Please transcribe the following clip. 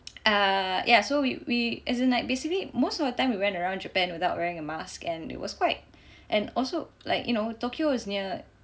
err ya so we we as in like basically most of the time we went around Japan without wearing a mask and it was quite and also like you know Tokyo is near